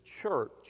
church